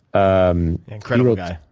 um incredible guy,